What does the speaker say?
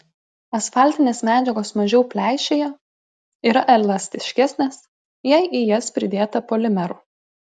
asfaltinės medžiagos mažiau pleišėja yra elastiškesnės jei į jas pridėta polimerų